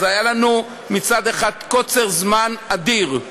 אז היה לנו מצד אחד קוצר זמן אדיר,